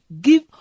give